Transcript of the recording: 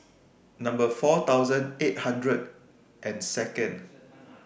Number four thousand eight hundred and Second